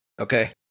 Okay